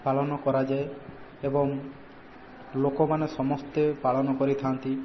ପାଲନ କରାଯାଏ ଏବଂ ଲୋକମାନେ ସମସ୍ତେ ପାଳନ କରିଥାନ୍ତି